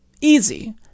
Easy